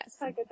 yes